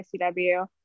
icw